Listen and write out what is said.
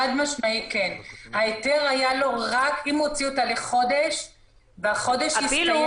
אם הוא הוציא אותה לחודש והחודש הסתיים